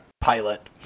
Pilot